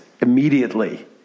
immediately